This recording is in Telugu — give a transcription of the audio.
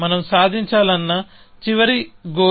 మనం సాధించాలనుకున్న చివరి గోల్